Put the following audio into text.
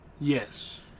Yes